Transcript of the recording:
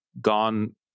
gone